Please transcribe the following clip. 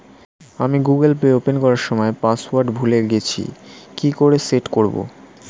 আমি Google Pay open করার সময় পাসওয়ার্ড ভুলে গেছি কি করে সেট করব?